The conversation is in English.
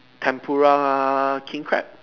tempura king crab